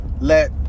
let